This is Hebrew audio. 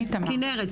כנרת.